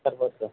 సరిపోద్ది సార్